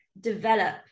develop